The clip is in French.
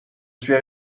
suis